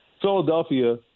Philadelphia